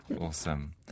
Awesome